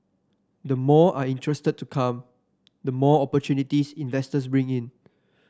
the more are interested to come the more opportunities investors bring in